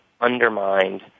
undermined